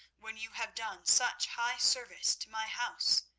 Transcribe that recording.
when you have done such high service to my house?